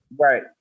Right